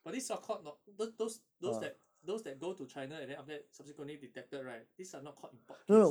but these are called not th~ those those that those that go to china and then after that subsequently detected right these are not called import case